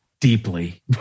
deeply